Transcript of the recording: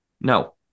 no